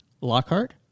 Lockhart